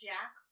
Jack